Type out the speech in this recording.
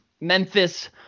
Memphis